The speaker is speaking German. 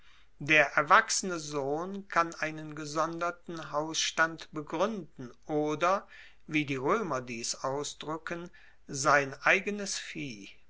der erwachsene sohn kann einen gesonderten hausstand begruenden oder wie die roemer dies ausdruecken sein eigenes vieh